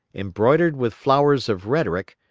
embroidered with flowers of rhetoric,